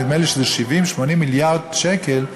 נדמה לי שזה 80-70 מיליארד שקל,